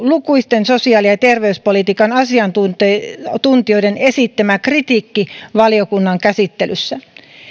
lukuisten sosiaali ja ja terveyspolitiikan asiantuntijoiden asiantuntijoiden esittämä kritiikki valiokunnan käsittelyssä